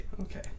Okay